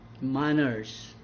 Manners